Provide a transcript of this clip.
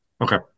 Okay